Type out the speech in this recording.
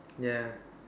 ya